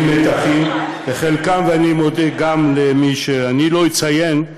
עם מתחים, וחלקם, אני מודה גם למי שאני לא אציין,